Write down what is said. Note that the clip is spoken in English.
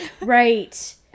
Right